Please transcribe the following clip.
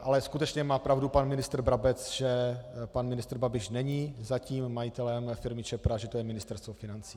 Ale skutečně má pravdu pan ministr Brabec, že pan ministr Babiš není, zatím, majitelem firmy Čepra, že to je Ministerstvo financí.